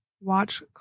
watch